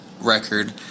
record